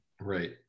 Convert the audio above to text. Right